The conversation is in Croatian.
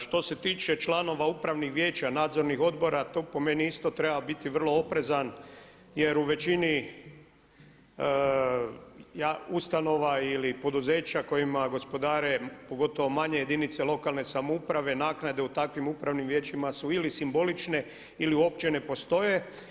Što se tiče članova upravnih vijeća nadzornih odbora, to po meni isto treba biti vrlo oprezan jer u većini ustanova ili poduzeća kojima gospodare pogotovo manje jedinice lokalne samouprave naknade u takvim upravnim vijećima su ili simbolične ili uopće ne postoje.